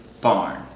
barn